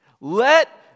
Let